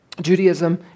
Judaism